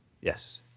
Yes